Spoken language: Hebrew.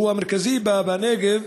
שהוא המרכזי בנגב